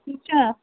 اِنشاء